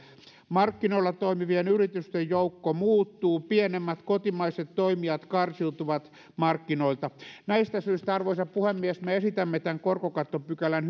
markkinoilla toimivien yritysten joukko muuttuu pienemmät kotimaiset toimijat karsiutuvat markkinoilta näistä syistä arvoisa puhemies me esitämme tämän korkokattopykälän